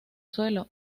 suelo